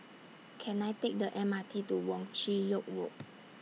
Can I Take The M R T to Wong Chin Yoke Road